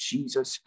Jesus